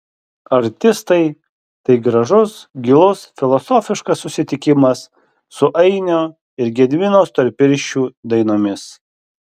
artistai tai gražus gilus filosofiškas susitikimas su ainio ir gedimino storpirščių dainomis